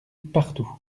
partout